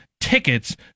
tickets